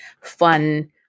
fun